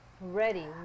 Ready